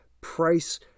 price